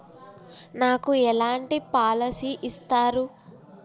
నాకు ఎలాంటి పాలసీ ఇస్తారు?